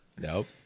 Nope